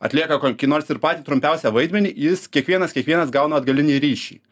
atlieka kokį nors ir patį trumpiausią vaidmenį jis kiekvienas kiekvienas gauna atgalinį ryšį